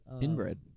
Inbred